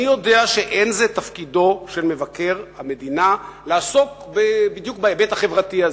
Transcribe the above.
אני יודע שאין זה תפקידו של מבקר המדינה לעסוק בדיוק בהיבט החברתי הזה,